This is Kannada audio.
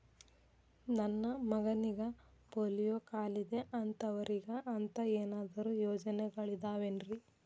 ನನ್ನ ಮಗನಿಗ ಪೋಲಿಯೋ ಕಾಲಿದೆ ಅಂತವರಿಗ ಅಂತ ಏನಾದರೂ ಯೋಜನೆಗಳಿದಾವೇನ್ರಿ?